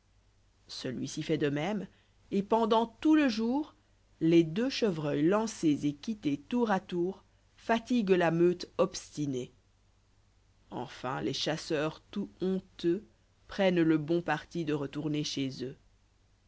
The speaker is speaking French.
celui-ci fait de mème ét pendant tout le jour les deux chevreuils lancés et quittés tour à tour fatiguent la meute obstinée enfin les chasseurs tout honteux prennent le bon parti de retourner chez eux